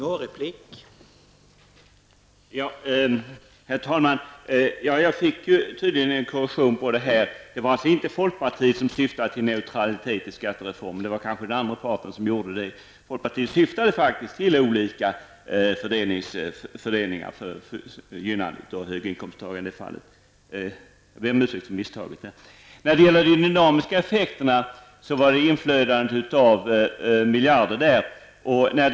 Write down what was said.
Herr talman! Jag fick tydligen en korrektion på det här. Det var alltså inte folkpartiet som syftade till neutralitet i skattereformen. Det var kanske den andra parten som gjorde det. Folkpartiet syftade faktiskt till olika fördelningar, och i det här fallet till ett gynnande av höginkomsttagare. Jag ber om ursäkt för mitt misstag. Beträffande dynamiska effekter vill jag säga att det var ett inflöde av miljarder kronor.